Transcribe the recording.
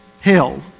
hell